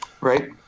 right